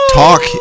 talk